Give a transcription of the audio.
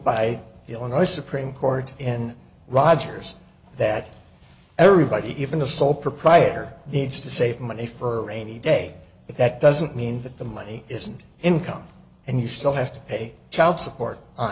by the illinois supreme court and rogers that everybody even the sole proprietor needs to save money for rainy day but that doesn't mean that the money isn't income and you still have to pay child support